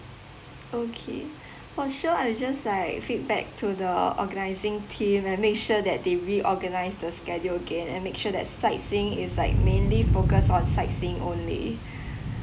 okay for sure I'll just like feedback to the organising team and make sure that they re organise the schedule again and make sure that sightseeing is like mainly focused on sightseeing only